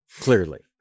clearly